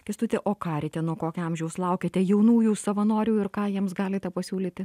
kęstuti o karite nuo kokio amžiaus laukiate jaunųjų savanorių ir ką jiems galite pasiūlyti